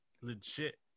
legit